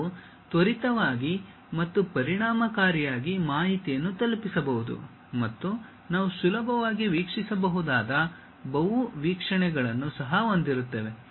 ಅವು ತ್ವರಿತವಾಗಿ ಮತ್ತು ಪರಿಣಾಮಕಾರಿಯಾಗಿ ಮಾಹಿತಿಯನ್ನು ತಲುಪಿಸಬಹುದು ಮತ್ತು ನಾವು ಸುಲಭವಾಗಿ ವೀಕ್ಷಿಸಬಹುದಾದ ಬಹು ವೀಕ್ಷಣೆಗಳನ್ನು ಸಹ ಹೊಂದಿರುತ್ತೇವೆ